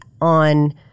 on